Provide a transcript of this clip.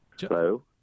Hello